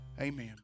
Amen